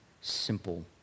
simple